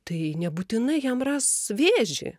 tai nebūtinai jam ras vėžį